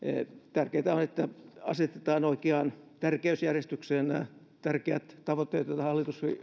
tärkeätä on että asetetaan oikeaan tärkeysjärjestykseen nämä tärkeät tavoitteet joita hallitus